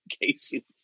Casey